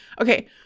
Okay